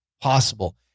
possible